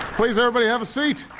please everybody, have a seat.